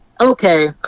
Okay